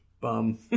Bum